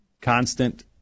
constant